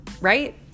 right